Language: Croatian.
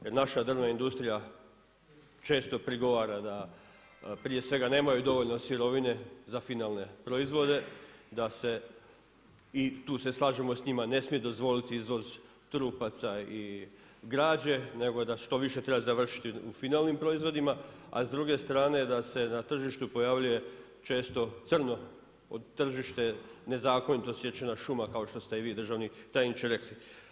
Jer naša drvna industrija često prigovara da prije svega nemaju dovoljno sirovine za finalne proizvode, da se, i tu se slažemo sa njima ne smije dozvoliti izvoz trupaca i građe, nego da što više treba završiti u finalnim proizvodima a s druge strane da se na tržištu pojavljuje često crno tržište, nezakonito posjećena šuma kao što ste i vi državni tajniče rekli.